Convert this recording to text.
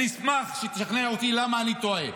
אני אשמח שתשכנע אותי למה אני טועה,